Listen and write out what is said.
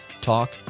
Talk